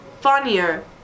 funnier